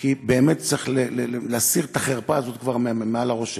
כי באמת צריך כבר להסיר את החרפה הזאת מעל הראש שלנו.